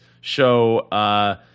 show